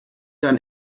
dann